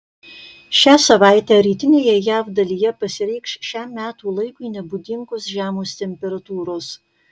šią savaitę rytinėje jav dalyje pasireikš šiam metų laikui nebūdingos žemos temperatūros